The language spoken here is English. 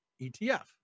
etf